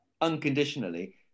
unconditionally